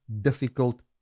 difficult